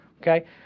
okay